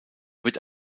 wird